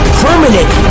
permanent